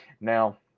now